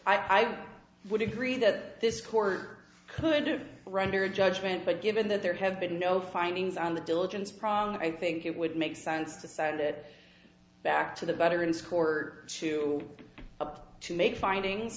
i would agree that this court could do render judgment but given that there have been no findings on the diligence process i think it would make sense to send it back to the veterans court to up to make findings